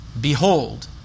Behold